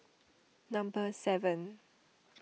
number seven